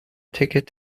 ticket